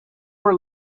were